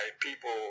people